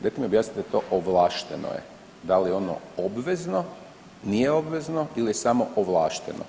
Dajte mi objasnite to ovlašteno je, da li je ono obvezno, nije obvezno ili je samo ovlašteno?